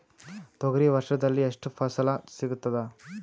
ತೊಗರಿ ವರ್ಷದಲ್ಲಿ ಎಷ್ಟು ಫಸಲ ಸಿಗತದ?